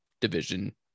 division